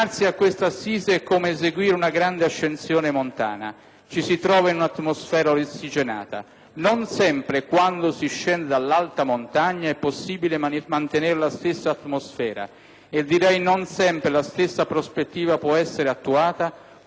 ci si trova in una atmosfera ossigenata. Non sempre, quando si scende dall'alta montagna, è possibile mantenere la stessa atmosfera e direi non sempre la stessa prospettiva può essere attuata, quando si tratti di dover fissare una pratica di convivenza civile